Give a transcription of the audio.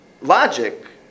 Logic